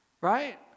right